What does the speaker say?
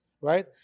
right